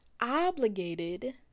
obligated